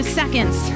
seconds